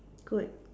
good